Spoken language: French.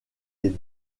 des